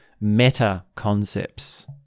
meta-concepts